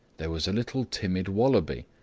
there was a little timid wallaby,